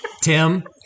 Tim